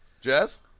Jazz